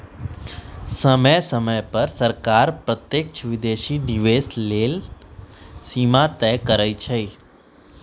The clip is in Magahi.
समय समय पर सरकार प्रत्यक्ष विदेशी निवेश लेल सीमा तय करइ छै